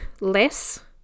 less